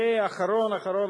ואחרון אחרון,